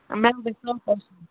مےٚ گژھِ صاف آسُن